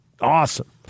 awesome